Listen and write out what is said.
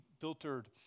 filtered